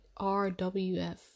RWF